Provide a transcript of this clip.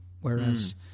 Whereas